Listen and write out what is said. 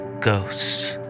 ghosts